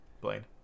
Blaine